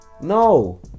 No